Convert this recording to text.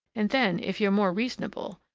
and then, if you're more reasonable,